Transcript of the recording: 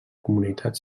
comunitat